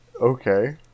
Okay